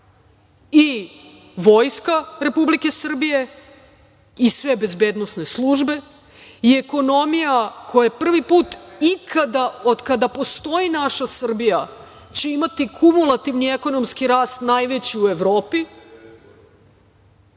I Vojska Republike Srbije i sve bezbednosne službe i ekonomija, koja je prvi put ikada od kada postoji naša Srbija će imati kumulativni ekonomski rast najveći u Evropi,